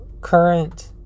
...current